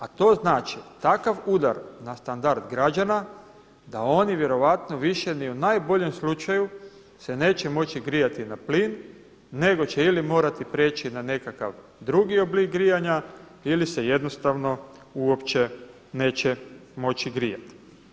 A to znači takav udar na standard građana da oni vjerojatno više ni u najboljem slučaju se neće moći grijati na plin nego će ili morati prijeći na nekakav drugi oblik grijanja ili se jednostavno uopće neće moći grijati.